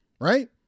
right